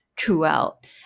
Throughout